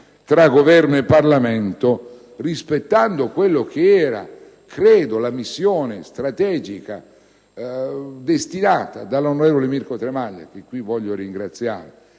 tra Governo e Parlamento, rispettando quella che era - credo - la missione strategica indicata dall'onorevole Mirko Tremaglia, che qui voglio ringraziare